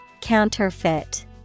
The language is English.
Counterfeit